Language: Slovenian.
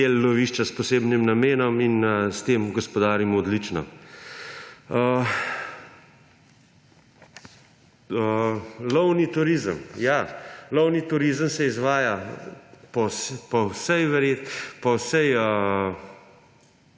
del lovišča s posebnim namenom in s tem gospodarimo odlično. Lovni turizem. Ja, lovni turizem se izvaja, največ